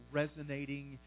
resonating